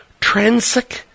Transic